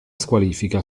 squalifica